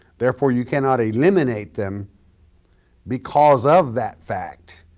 therefore you cannot eliminate them because of that fact